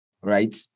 right